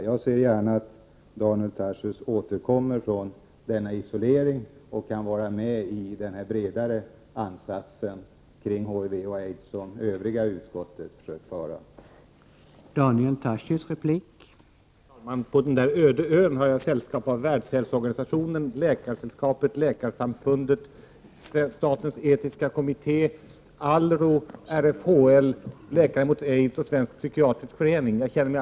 Jag ser gärna att Daniel Tarschys återkommer från denna isolering och är medi den bredare ansats mot HIV och aids som övriga utskottet försöker att göra.